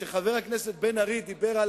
כשחבר הכנסת בן-ארי דיבר על